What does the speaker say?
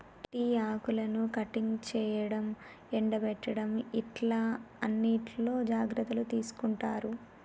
tea ఆకులను cutting చేయడం, ఎండపెట్టడం ఇట్లా అన్నిట్లో జాగ్రత్తలు తీసుకుంటారు